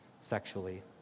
sexually